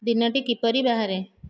ଦିନଟି କିପରି ବାହାରେ